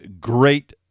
great